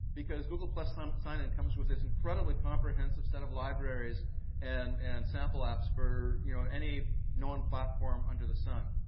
because google um sign-in comes with this incredibly comprehensive set of libraries and and sample apps for you know any known platform under the sun.